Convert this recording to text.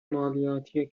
مالیاتی